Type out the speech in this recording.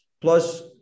Plus